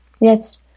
yes